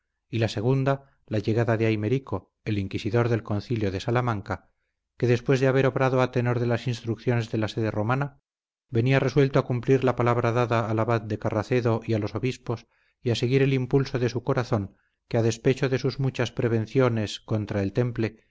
y la segunda la llegada de aymerico el inquisidor del concilio de salamanca que después de haber obrado a tenor de las instrucciones de la sede romana venía resuelto a cumplir la palabra dada al abad de carracedo y a los obispos y a seguir el impulso de su corazón que a despecho de sus muchas prevenciones contra el temple